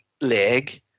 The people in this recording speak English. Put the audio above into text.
leg